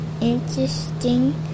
interesting